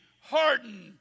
hardened